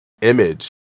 image